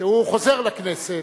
שחוזר לכנסת,